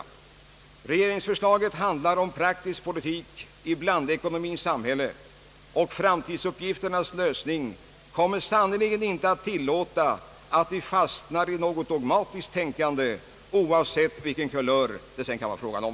Det framlagda regeringsförslaget handlar om praktisk politik i blandekonomins samhälle, och framtidsuppgifternas lösning kommer sannerligen inte att tillåta att vi fastnar i något dogmatiskt tänkande, oavsett vilken kulör det sedan kan vara fråga om.